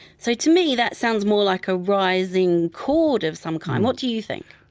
so, to me, that sounds more like a rising chord of some kind. what do you think?